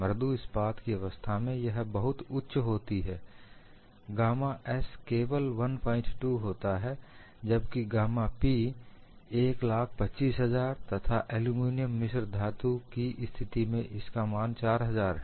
मृदु इस्पात की अवस्था में यह बहुत उच्च होती है गामा 'S' केवल 12 होता है जबकि गामा 'P' 125000 तथा एल्यूमीनियम मिश्र धातु की स्थिति में इसका मान 4000 है